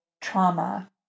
trauma